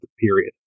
period